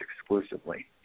exclusively